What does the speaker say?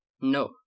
no